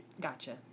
gotcha